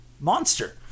monster